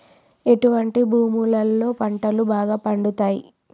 ఎటువంటి భూములలో పంటలు బాగా పండుతయ్?